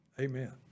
Amen